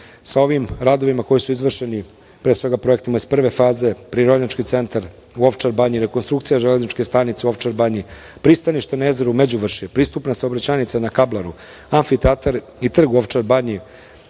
Sa ovim radovima koji su izvršeni, pre svega projektima iz prve faze Prirodnjački centar u Ovčar Banji, rekonstrukcija Železničke stanice u Ovčar Banji, pristanište na jezeru Međuvršje, pristupna saobraćajnica na Kablaru, Amfiteatar i trg u Ovčar Banji,